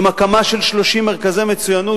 עם הקמה של 30 מרכזי מצוינות,